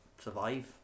survive